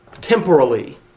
temporally